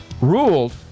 ruled